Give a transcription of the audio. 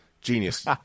Genius